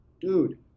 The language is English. dude